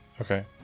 Okay